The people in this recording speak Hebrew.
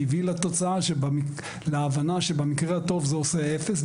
הביא להבנה שבמקרה הטוב זה עושה אפס,